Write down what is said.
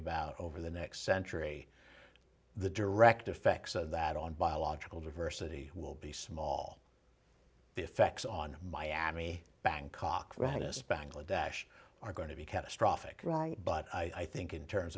about over the next century the direct effects of that on biological diversity will be small effects on miami bangkok rattus bangladesh are going to be catastrophic right but i think in terms